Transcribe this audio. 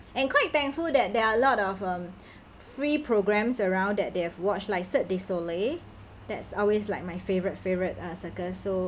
and quite thankful that there are a lot of um free programmes around that they have watch like cirque du soleil that's always like my favourite favourite uh circus so